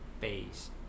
Base